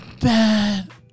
bad